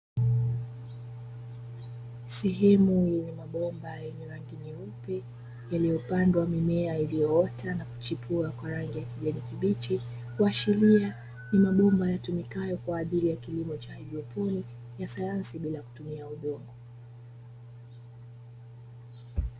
Sehemu yenye mabomba yenye rangi nyeupe, yaliyopandwa mimea iliyoota na kuchipua kwa rangi ya kijani kibichi, kuashiria ni mabomba yatumikayo kwa ajili ya kilimo cha haidroponi, ya sayansi bila kutumia udongo.